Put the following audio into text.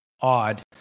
odd